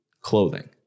clothing